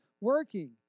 working